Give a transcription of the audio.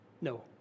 No